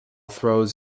throws